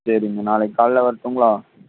சரிங்க நாளைக்கு காலைல வரட்டுங்களா